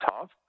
tough